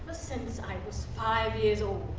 since i was five years old